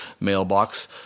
mailbox